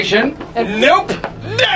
Nope